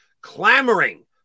clamoring